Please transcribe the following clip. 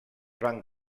van